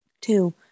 Two